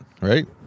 right